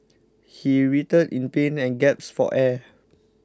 he writhed in pain and gasped for air